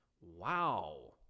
Wow